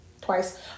twice